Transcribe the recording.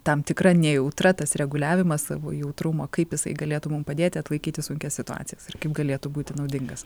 tam tikra nejautra tas reguliavimas savo jautrumo kaip jisai galėtų mum padėti atlaikyti sunkias situacijas ir kaip galėtų būti naudingas